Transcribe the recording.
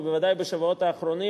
ובוודאי בשבועות האחרונים,